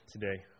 today